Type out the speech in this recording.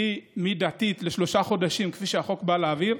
היא מידתית לשלושה חודשים, כפי שהחוק בא להעביר.